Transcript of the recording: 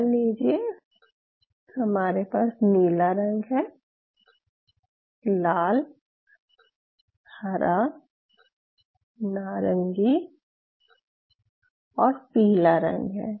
मान लीजिये हमारे पास नीला रंग है लाल हरा नारंगी और पीला रंग है